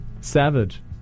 Savage